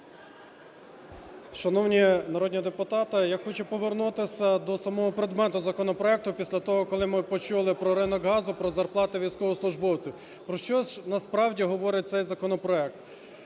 Шановні народні депутати, я хочу повернутися до самого предмета законопроекту після того, коли ми почули про ринок газу, про зарплати військовослужбовців. Про що ж насправді говорить цей законопроект?